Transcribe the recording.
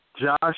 Josh